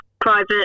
private